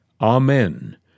Amen